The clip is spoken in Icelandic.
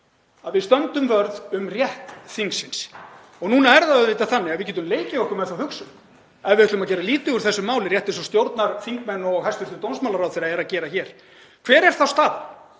að við stöndum vörð um rétt þingsins og núna er það auðvitað þannig að við getum leikið okkur með þá hugsun að ef við ætlum að gera lítið úr þessu máli, rétt eins og stjórnarþingmenn og hæstv. dómsmálaráðherra er að gera hér, hver er þá staðan?